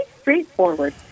straightforward